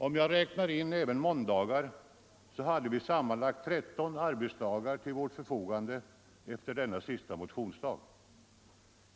Om jag räknar in även måndagar hade vi sammanlagt 13 arbetsdagar till vårt förfogande efter denna sista motionsdag.